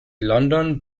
london